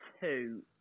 two